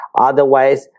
Otherwise